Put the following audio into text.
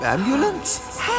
Ambulance